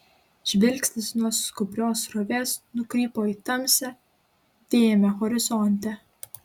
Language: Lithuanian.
žvilgsnis nuo skubrios srovės nukrypo į tamsią dėmę horizonte